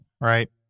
right